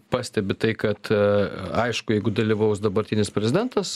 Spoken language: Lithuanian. pastebi tai kad aišku jeigu dalyvaus dabartinis prezidentas